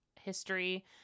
history